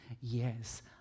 yes